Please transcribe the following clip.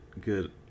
good